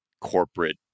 corporate